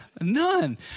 None